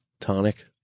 Tonic